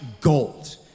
gold